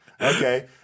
Okay